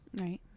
Right